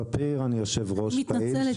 אני מתנצלת,